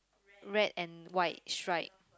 red and white right